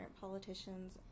politicians